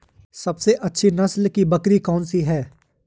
सबसे अच्छी नस्ल की बकरी कौन सी है?